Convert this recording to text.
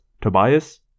Tobias